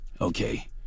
okay